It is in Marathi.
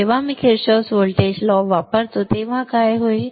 जेव्हा मी Kirchhoffs व्होल्टेज कायदा वापरतो तेव्हा काय होईल